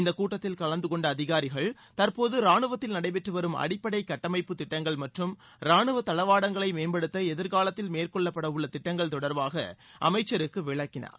இந்தக் கூட்டத்தில் கலந்து கொண்ட அதிகாரிகள் தற்போது ராணுவத்தில் நடைபெற்று வரும் அடிப்படை கட்டமைப்புத் திட்டங்கள் மற்றும் ராணுவ தளவாடங்களை மேம்படுத்த எதிர்காலத்தில் மேற்கொள்ளப்படவுள்ள திட்டங்கள் தொடர்பாக அமைச்சருக்கு விளக்கினர்